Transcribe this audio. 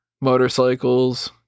motorcycles